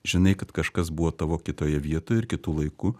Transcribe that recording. žinai kad kažkas buvo tavo kitoje vietoje ir kitu laiku